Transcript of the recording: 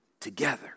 together